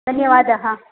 धन्यवादः